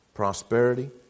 Prosperity